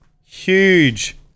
huge